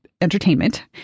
entertainment